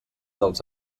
dels